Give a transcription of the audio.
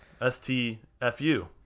S-T-F-U